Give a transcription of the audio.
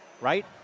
right